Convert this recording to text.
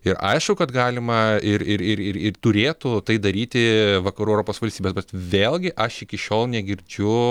ir aišku kad galima ir ir ir ir turėtų tai daryti vakarų europos valstybės bet vėlgi aš iki šiol negirdžiu